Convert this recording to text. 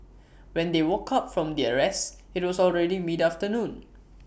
when they woke up from their rest IT was already mid afternoon